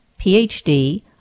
PhD